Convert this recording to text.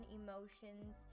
emotions